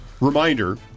reminder